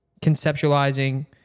conceptualizing